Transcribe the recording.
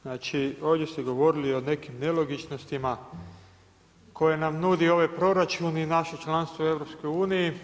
Znači ovdje ste govorili o nekim nelogičnostima, koje nam nudi ovaj proračun i naše članstvo u EU.